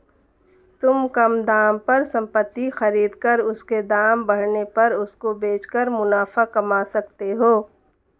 तुम कम दाम पर संपत्ति खरीद कर उसके दाम बढ़ने पर उसको बेच कर मुनाफा कमा सकते हो